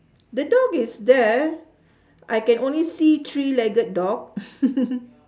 the dog is there I can only see three legged dog